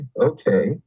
okay